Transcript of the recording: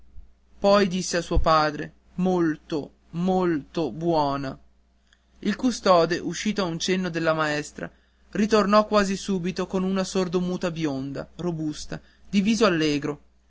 poi disse a suo padre mol to mol to buona il custode uscito a un cenno della maestra ritornò quasi subito con una sordomuta bionda robusta di viso allegro